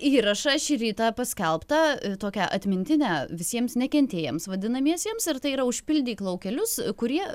įrašą šį rytą paskelbtą tokią atmintinę visiems nekentėjams vadinamiesiems ir tai yra užpildyk laukelius kurie